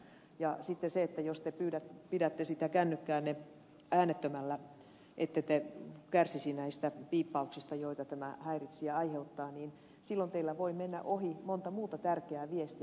ja sitten se että jos te pidätte sitä kännykkäänne äänettömällä ettette kärsisi näistä piippauksista joita tämä häiritsijä aiheuttaa niin silloin teillä voi mennä ohi monta muuta tärkeää viestiä